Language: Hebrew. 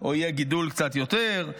או יהיה קצת יותר גידול.